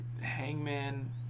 Hangman